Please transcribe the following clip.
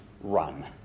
run